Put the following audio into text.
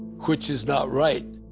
which is not right,